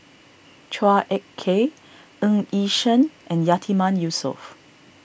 Chua Ek Kay Ng Yi Sheng and Yatiman Yusof